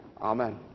Amen